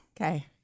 okay